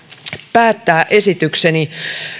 päättää esitykseni